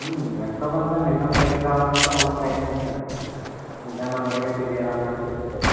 ఎంతో కొంత నిజం బయటికి రావడానికి ఆల్లు ప్రయత్నిస్తారు నిజాన్ని అందరికి తెలియాలి అన్నట్టు చెప్తారు